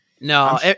No